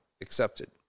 accepted